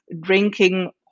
drinking